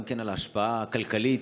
גם על ההשפעה הכלכלית,